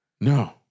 No